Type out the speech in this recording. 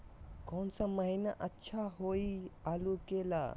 कौन सा महीना अच्छा होइ आलू के ला?